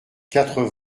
quatre